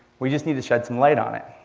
we just need to shed some light on it.